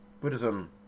Buddhism